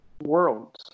worlds